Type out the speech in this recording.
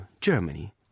Germany